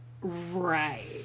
Right